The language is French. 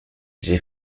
j’ai